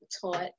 taught